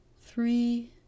Three